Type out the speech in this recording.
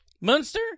Munster